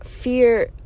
fear